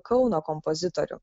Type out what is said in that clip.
kauno kompozitorių